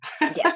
Yes